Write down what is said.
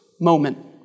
Moment